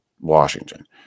Washington